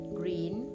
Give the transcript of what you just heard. green